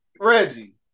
reggie